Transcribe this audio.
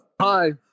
hi